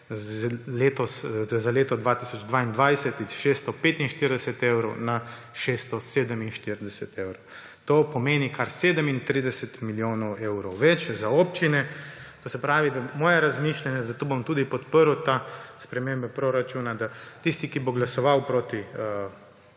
za leto 2022 s 645 evrov na 647 evrov. To pomeni, kar 37 milijonov evrov več za občine. Moje razmišljanje, zato bom tudi podprl spremembe proračuna, da tisti, ki bo glasoval proti